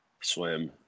swim